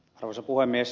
arvoisa puhemies